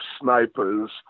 snipers